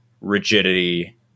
rigidity